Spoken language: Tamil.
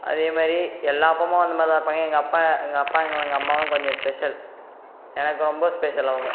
அதே மாதிரி எல்லா அப்பா அம்மாவும் அந்த மாதிரி தான் இருப்பாங்க எங்கள் அப்பா எங்கள் அம்மாவும் கொஞ்சம் ஸ்பெஷல் எனக்கு ரொம்ப ஸ்பெஷல் அவங்க